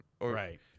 Right